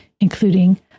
including